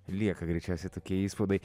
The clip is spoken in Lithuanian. lieka greičiausiai tokie įspaudai